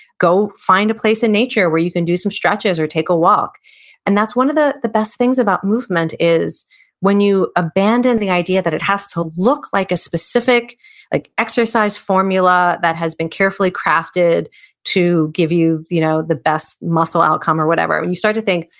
go find a place in nature where you can do some stretches or take a walk and that's one of the the best things about movement, is when you abandon the idea that it has to look like a specific ah exercise formula that has been carefully crafted to give you you know the best muscle outcome or whatever, when you start to think,